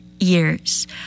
Years